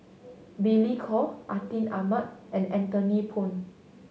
Billy Koh Atin Amat and Anthony Poon